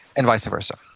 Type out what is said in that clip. and vice versa